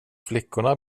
flickorna